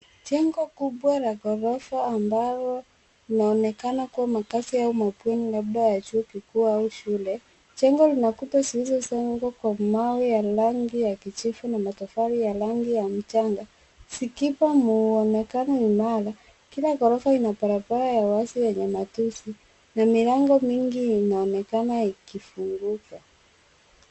Jengo kubwa la ghorofa ambalo linaonekana kuwa makazi au mabweni labda ya chuo kikuu au shule. Jengo lina kuta zilijengwa kwa mawe ya rangi ya kijivu na matofali ya rangi ya mchanga zikipa mwonekano imara . Kila ghorofa ina barabara ya wazi yenye matusi na milango mingi inaonekana ikifunguka.